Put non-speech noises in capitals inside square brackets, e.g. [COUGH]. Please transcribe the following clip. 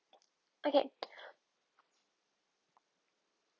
okay [BREATH]